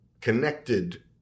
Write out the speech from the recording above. connected